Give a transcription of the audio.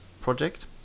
project